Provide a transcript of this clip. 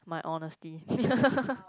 my honesty